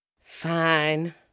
Fine